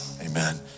Amen